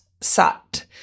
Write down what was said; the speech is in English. Sat